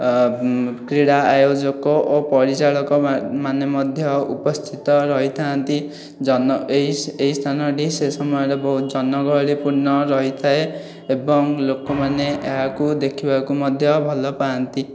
କ୍ରୀଡ଼ା ଆୟୋଜକ ଓ ପରିଚାଳକମାନେ ମଧ୍ୟ ଉପସ୍ଥିତ ରହିଥାନ୍ତି ଏହି ସ୍ଥାନଟି ସେହି ସମୟରେ ବହୁତ ଜନଗହଳିପୂର୍ଣ୍ଣ ରହିଥାଏ ଏବଂ ଲୋକମାନେ ଏହାକୁ ଦେଖିବାକୁ ମଧ୍ୟ ଭଲପାଆନ୍ତି